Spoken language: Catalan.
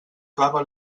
clava